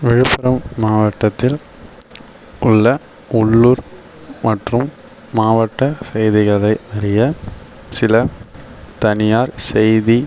விழுப்புரம் மாவட்டத்தில் உள்ள உள்ளூர் மற்றும் மாவட்ட செய்திகளை அறிய சில தனியார் செய்தி